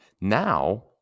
Now